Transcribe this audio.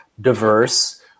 diverse